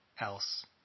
else